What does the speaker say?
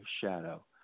shadow